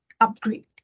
upgrade